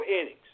innings